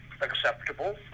acceptable